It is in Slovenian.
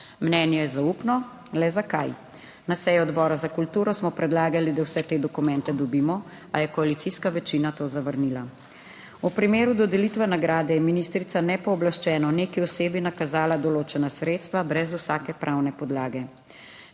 Mnenje je zaupno. Le zakaj? Na seji odbora za kulturo smo predlagali, da vse te dokumente dobimo, a je koalicijska večina to zavrnila. V primeru dodelitve nagrade je ministrica nepooblaščeno neki osebi nakazala določena sredstva brez vsake pravne podlage.